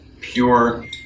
pure